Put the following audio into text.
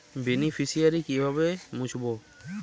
Beneficiary কিভাবে মুছব?